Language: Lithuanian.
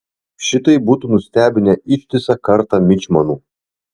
šitai būtų nustebinę ištisą kartą mičmanų